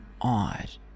odd